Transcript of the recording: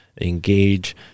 engage